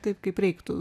taip kaip reiktų